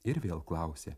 ir vėl klausia